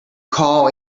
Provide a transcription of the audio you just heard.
call